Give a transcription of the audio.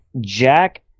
jack